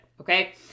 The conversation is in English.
okay